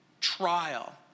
trial